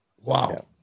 Wow